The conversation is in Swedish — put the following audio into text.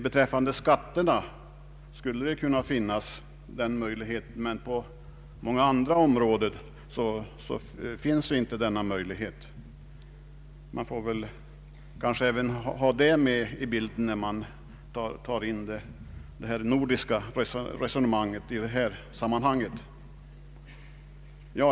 Beträffande skatterna skulle den möjligheten kunna finnas men inte på många andra avsnitt. även det får man föra in i bilden när man gör jämförelser med övriga Norden i detta sammanhang.